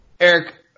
Eric